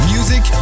Music